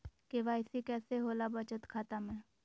KYC कैसे होला बचत खाता में?